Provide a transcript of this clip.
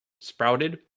Sprouted